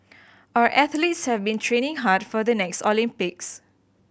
our athletes have been training hard for the next Olympics